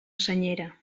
senyera